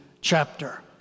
chapter